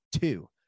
Two